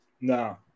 No